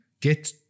get